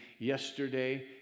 Yesterday